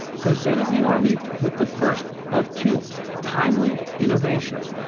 presented the army with the first of two timely innovations.